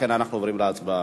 לכן אנחנו עוברים להצבעה.